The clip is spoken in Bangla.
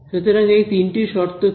সুতরাং এই তিনটি শর্ত কি